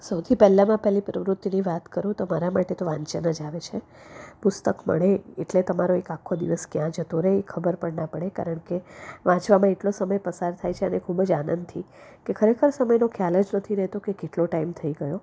સૌથી પહેલામાં પહેલી પ્રવૃતિની વાત કરું તો મારા માટે તો વાંચન જ આવે છે પુસ્તક મળે એટલે તમારો એક આખો દિવસ ક્યાં જતો રહે એ ખબર પણ ના પડે કારણ કે વાંચવામાં એટલો સમય પસાર થાય છે અને ખૂબ જ આનંદથી કે ખરેખર સમયનો ખ્યાલ જ નથી રહેતો કે કેટલો ટાઈમ થઈ ગયો